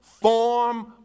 form